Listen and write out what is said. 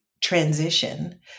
transition